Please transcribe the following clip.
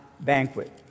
banquet